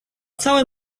całe